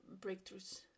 breakthroughs